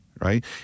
right